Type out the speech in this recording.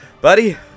buddy